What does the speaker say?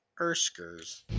Erskers